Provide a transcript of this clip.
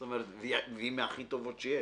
זאת אומרת, היא מהכי טובות שיש.